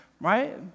right